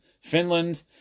Finland